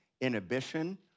inhibition